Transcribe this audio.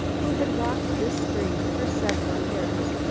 who had walked this street for several years,